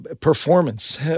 performance